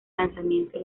lanzamiento